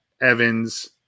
evans